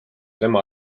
tema